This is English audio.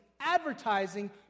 advertising